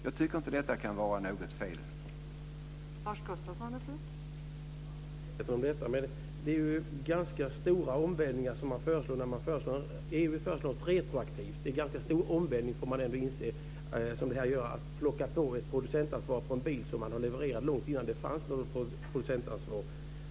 Jag tycker inte att det är något fel med den föreslagna ordningen.